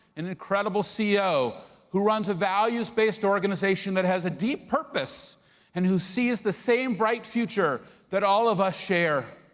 an incredible ceo who runs a values-based organization that has a deep purpose and who sees the same bright future that all of us share.